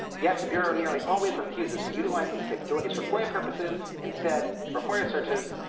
yet, the bureau nearly always refuses to utilize these capabilities for foia purposes. instead, for foia searches,